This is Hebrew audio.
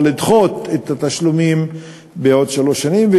או לדחות את התשלומים בעוד שלוש שנים.